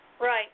Right